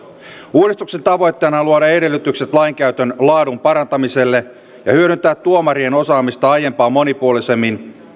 uudistuksen tavoitteena on luoda edellytykset lainkäytön laadun parantamiselle ja hyödyntää tuomarien osaamista aiempaa monipuolisemmin